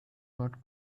not